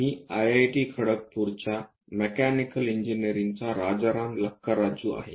मी IIT खडगपूरच्या mechanical इंजिनिअरिंगचा राजाराम लकाराजू आहे